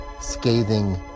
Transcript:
scathing